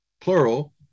Plural